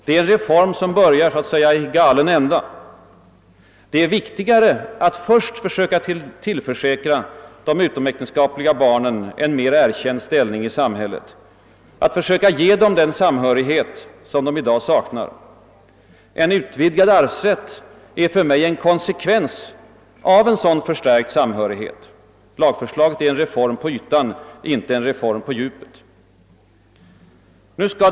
Det är en reform, som så att säga börjar i galen ända. Det är viktigare att först försöka tillförsäkra de utomäktenskapliga barnen en mera erkänd ställning i samhället, att försöka ge dem den samhörighetskänsla som de i dag saknar. En utvidgad arvsrätt är för mig en konsekvens av en sådan förstärkt samhörighet. Lagförslaget är en reform på ytan, inte en reform på djupet.